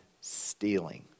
stealing